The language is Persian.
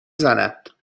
زند